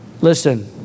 listen